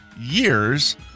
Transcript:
years